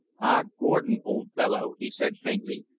ah, gordon, old fellow! he said faintly,